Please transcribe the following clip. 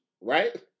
right